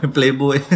Playboy